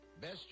Best